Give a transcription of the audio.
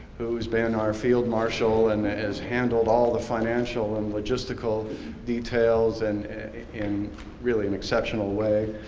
who's been our field marshall, and has handled all the financial and logistical details and in really an exceptional way.